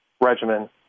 regimen